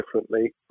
differently